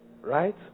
Right